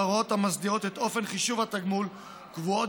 ההוראות המסדירות את אופן חישוב התגמול קבועות